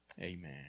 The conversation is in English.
Amen